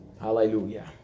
Hallelujah